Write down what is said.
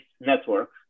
network